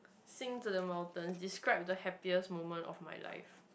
sing to the mountains describe the happiest moment of my life